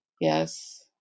Yes